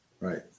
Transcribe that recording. Right